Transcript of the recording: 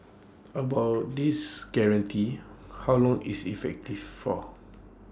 about this guarantee how long is effective for